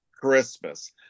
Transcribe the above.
Christmas